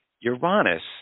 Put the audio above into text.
Uranus